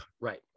Right